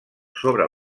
sobre